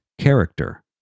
character